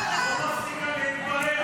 לא מפסיקה להתפרע.